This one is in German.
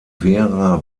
vera